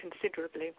considerably